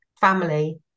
family